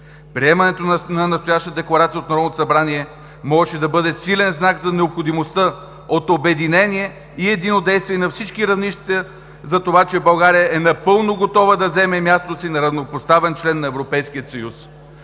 Приемането на настоящата декларация от Народното събрание можеше да бъде силен знак за необходимостта от обединение и единодействие на всички равнища за това, че България е напълно готова да заеме мястото си на равнопоставен член на Европейския съюз.